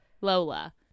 Lola